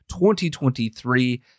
2023